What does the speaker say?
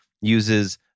uses